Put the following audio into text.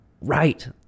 right